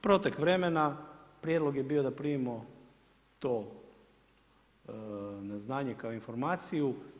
Protek vremena, prijedlog je bio da primimo to na znanje kao informaciju.